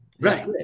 Right